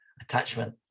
attachment